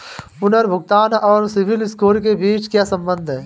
पुनर्भुगतान और सिबिल स्कोर के बीच क्या संबंध है?